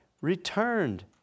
returned